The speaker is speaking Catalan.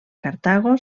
cartago